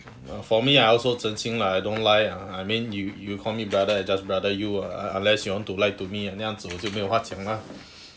but for me I also 真心 lah I don't lie ah I mean you you call me brother I just brother you ah unless you want to lie to me ah 那样子我就没有话讲 lah